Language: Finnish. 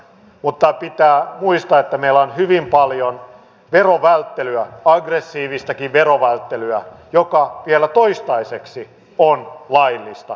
mutta pitää muistaa että meillä on hyvin paljon verovälttelyä aggressiivistakin verovälttelyä joka vielä toistaiseksi on laillista